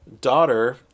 daughter